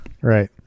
right